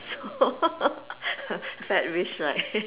fat wish right